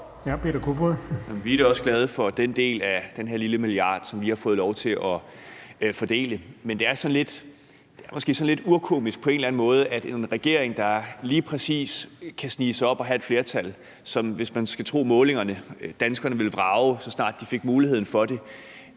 Jamen vi er da også glade for den del af den her lille milliard, som vi har fået lov til at fordele. Men det er måske på en eller anden måde sådan lidt urkomisk, at en regering, der lige præcis kan snige sig op til at have et flertal, og som danskerne, hvis man skal tro målingerne, ville vrage, så snart de fik muligheden for det,